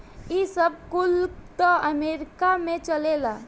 ई सब कुल त अमेरीका में चलेला